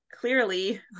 clearly